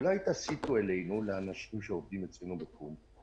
אז אולי תסיטו אלינו, לאנשים שעובדים אצלנו בתחום,